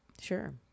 Sure